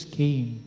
came